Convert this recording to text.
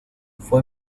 fue